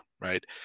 right